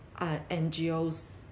NGOs